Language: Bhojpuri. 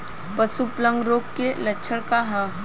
पशु प्लेग रोग के लक्षण का ह?